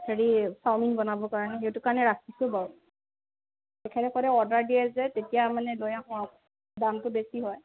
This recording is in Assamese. হেৰি চাওমিন বনাবৰ কাৰণে সেইটো কাৰণে ৰাখিছোঁ বাৰু তেখেতসকলে অৰ্ডাৰ দিয়ে যে তেতিয়া মানে লৈ আহো আৰু দামটো বেছি হয়